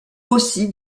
aussi